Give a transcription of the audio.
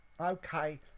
Okay